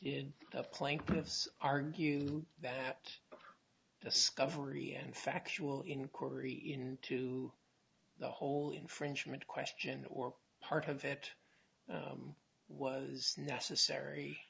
in plaintiff's argue that discovery and factual inquiry into the whole infringement question or part of it was necessary